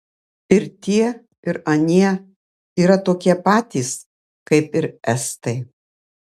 ir tie ir anie yra tokie patys kaip ir estai